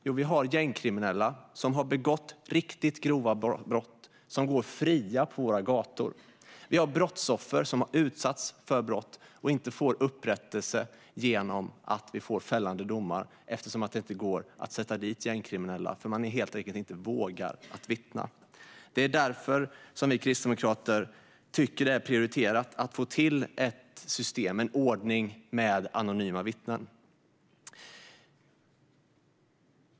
Jo, att gängkriminella som begått riktigt grova brott går fria på våra gator. Utsatta brottsoffer får inte upprättelse genom fällande domar, eftersom det inte går att sätta dit gängkriminella därför att man helt enkelt inte vågar vittna. Det är därför som vi kristdemokrater tycker att det är prioriterat att få till en ordning med anonyma vittnen.